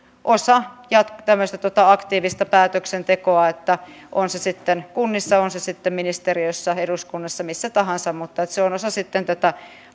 osa tämmöistä aktiivista päätöksentekoa on se sitten kunnissa ministeriössä eduskunnassa missä tahansa mutta se on osa tätä